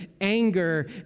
anger